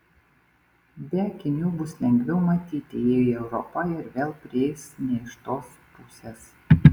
be akinių bus lengviau matyti jei europa ir vėl prieis ne iš tos pusės